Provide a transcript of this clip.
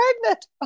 pregnant